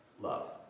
love